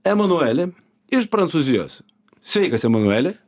emanuelį iš prancūzijos sveikas emanueli